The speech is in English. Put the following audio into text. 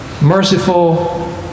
merciful